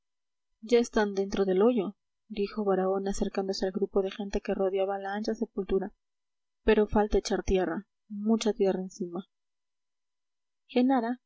ya están dentro del hoyo dijo baraona acercándose al grupo de gente que rodeaba la ancha sepultura pero falta echar tierra mucha tierra encima genara